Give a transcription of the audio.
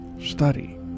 study